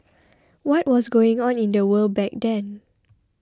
what was going on in the world back then